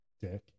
Dick